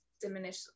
diminish